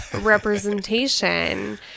representation